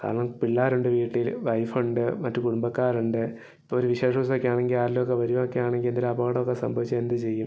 കാരണം പിള്ളാരുണ്ട് വീട്ടിൽ വൈഫുണ്ട് മറ്റ് കുടുംബക്കാരുണ്ട് ഇപ്പോൾ ഒരു വിശേഷദിവസം ഒക്കെ ആണെങ്കിൽ ആരേലും ഒക്കെ വരുകയൊക്കെ ആണെങ്കിൽ എന്തേലും അപകടം ഒക്കെ സംഭവിച്ചാൽ എന്ത് ചെയ്യും